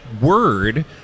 word